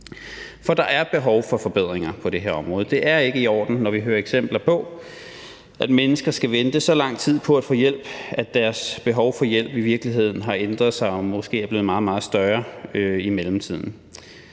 For der er behov for forbedringer på det her område. Det er ikke i orden, når vi hører eksempler på, at mennesker skal vente så lang tid på at få hjælp, at deres behov for hjælp i virkeligheden har ændret sig og måske er blevet meget, meget større i mellemtiden.